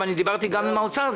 דיברתי גם עם אנשי משרד האוצר.